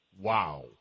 Wow